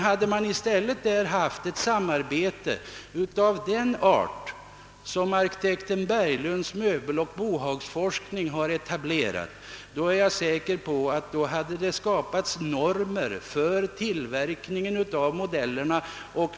Hade man i stället haft ett samarbete av den art som arkitekt Berglunds möbeloch bohagsforskningsteam har etablerat, är jag säker på att det hade skapats normer för tillverkningen av modellerna.